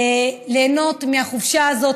ליהנות מהחופשה הזאת,